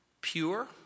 pure